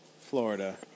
Florida